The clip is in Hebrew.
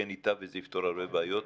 כן ייטב וזה יפתור הרבה בעיות.